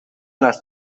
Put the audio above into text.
las